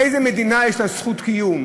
איזו מדינה יש לה זכות קיום